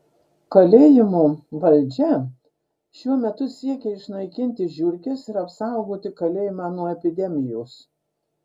kalėjimo valdžia šiuo metu siekia išnaikinti žiurkes ir apsaugoti kalėjimą nuo epidemijos